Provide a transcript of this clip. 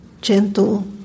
gentle